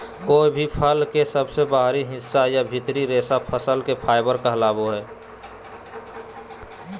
कोय भी फल के सबसे बाहरी हिस्सा या भीतरी रेशा फसल के फाइबर कहलावय हय